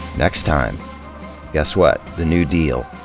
next time guess what. the new deal.